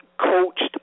coached